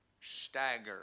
stagger